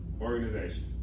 organization